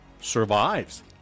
survives